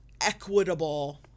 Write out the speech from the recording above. equitable